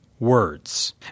Words